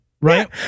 right